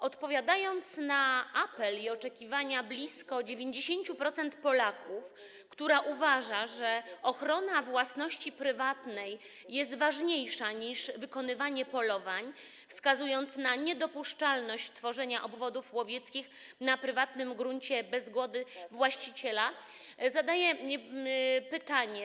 Odpowiadając na apel i oczekiwania blisko 90% Polaków, którzy uważają, że ochrona własności prywatnej jest ważniejsza niż wykonywanie polowań, wskazując na niedopuszczalność tworzenia obwodów łowieckich na prywatnym gruncie bez zgody właściciela, zadaję pytania: